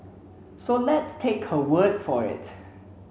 so let's take her word for it